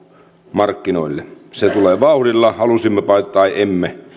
markkinoille se tulee vauhdilla halusimmepa tai emme